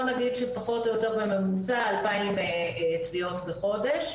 פחות או יותר בממוצע, אלפיים תביעות בשנה.